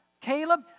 Caleb